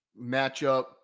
matchup